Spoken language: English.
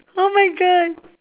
oh my god